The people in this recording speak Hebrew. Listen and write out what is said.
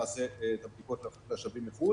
נעשה בדיקות לשבים מחו"ל.